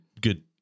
good